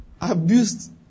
Abused